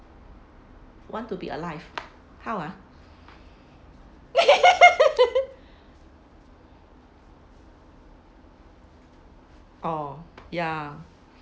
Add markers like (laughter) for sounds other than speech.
want to be alive how ah (laughs) oh ya